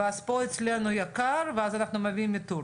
ואז פה אצלנו יקר ואז אנחנו מביאים מטורקיה.